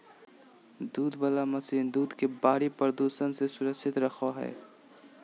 दूध वला मशीन दूध के बाहरी प्रदूषण से सुरक्षित रखो हइ